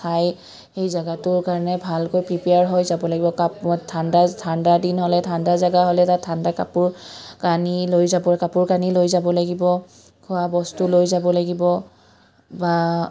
চাই সেই জেগাটোৰ কাৰণে ভালকৈ প্ৰিপেয়াৰ হৈ যাব লাগিব কাপ ঠাণ্ডা ঠাণ্ডা দিন হ'লে ঠাণ্ডা জেগা হ'লে তাত ঠাণ্ডা কাপোৰ কানি লৈ যাব কাপোৰ কানি লৈ যাব লাগিব খোৱাবস্তু লৈ যাব লাগিব বা